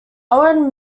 owen